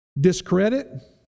discredit